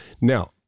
Now